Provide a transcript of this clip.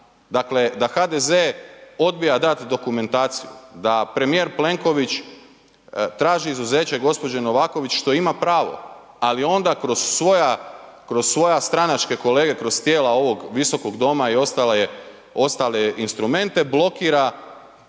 dakle da HDZ odbija dati dokumentaciju, da premijer Plenković traži izuzeće gospođe Novaković što ima pravo ali onda kroz svoje stranačke kolege, kroz tijela ovog Visokog doma i ostale instrumente blokira